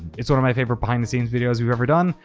it's one of my favorite behind the scenes videos we've ever done.